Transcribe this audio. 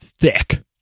thick